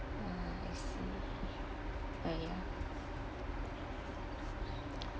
ah I see uh ya